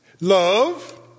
Love